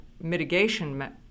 mitigation